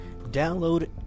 Download